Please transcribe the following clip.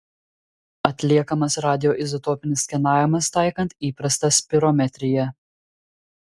atliekamas radioizotopinis skenavimas taikant įprastą spirometriją